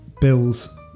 Bill's